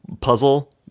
puzzle